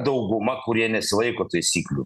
dauguma kurie nesilaiko taisyklių